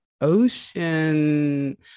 ocean